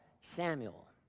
Samuel